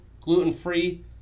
gluten-free